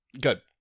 Good